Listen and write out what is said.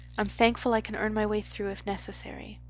i'm thankful i can earn my way through if necessary.